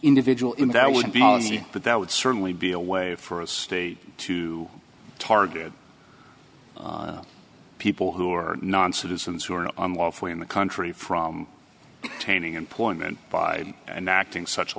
individual in that would be voluntary but that would certainly be a way for a state to target people who are non citizens who are on welfare in the country from taining employment by an acting such a